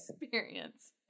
experience